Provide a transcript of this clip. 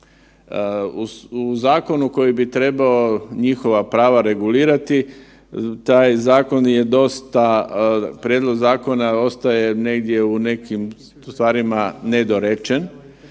U zakonu koji bi trebao njihova prava regulirati, taj zakon je dosta, prijedlog zakona ostaje negdje u nekim stvarima nedorečen